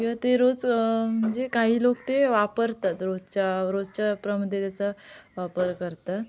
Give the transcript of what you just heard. किवा ते रोज म्हणजे काही लोक ते वापरतात रोजच्या रोजच्या वापरामध्ये त्याचा वापर करतात